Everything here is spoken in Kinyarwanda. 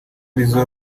arizo